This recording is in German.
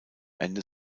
ende